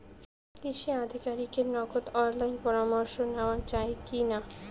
কৃষি আধিকারিকের নগদ অনলাইন পরামর্শ নেওয়া যায় কি না?